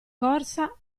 corsa